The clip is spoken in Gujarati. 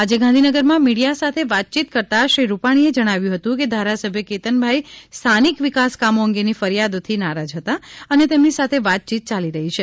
આજે ગાંધીનગરમાં મીડિયા સાથે વાતચીત કરતા શ્રી રૂપાણીએ જણાવ્યું હતું કે ધારાસભ્ય કેતન ભાઈ સ્થાનિક વિકાસ કામો અંગેની ફરિયાદોથી નારાજ હતા અને તેમની સાથે વાતચીત યાલી રઠી છે